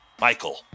Michael